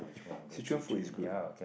Swee Choon food is good